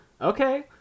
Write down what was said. Okay